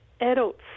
adults